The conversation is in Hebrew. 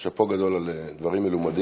שאפו גדול על דברים מלומדים.